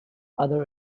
other